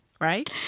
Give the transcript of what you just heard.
Right